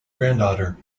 granddaughter